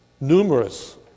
numerous